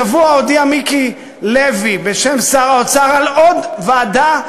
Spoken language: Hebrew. השבוע הודיע מיקי לוי בשם שר האוצר על עוד ועדה,